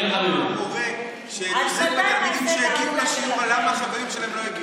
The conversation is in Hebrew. אתה כמו מורה שנוזף בתלמידים שהגיעו לשיעור למה החברים שלהם לא הגיעו.